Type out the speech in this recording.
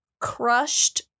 crushed